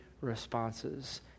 responses